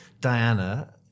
Diana